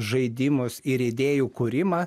žaidimus ir idėjų kūrimą